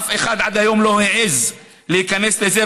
אף אחד עד היום לא העז להיכנס לזה,